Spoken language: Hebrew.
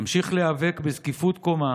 אמשיך להיאבק בזקיפות קומה